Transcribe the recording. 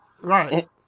Right